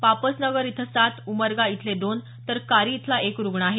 पापस नगर इथं सात उमरगा इथले दोन तर कारी इथला एक रुग्ण आहे